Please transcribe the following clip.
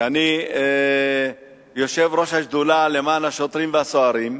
אני יושב-ראש השדולה למען השוטרים והסוהרים,